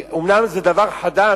אומנם זה דבר חדש,